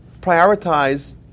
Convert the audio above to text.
prioritize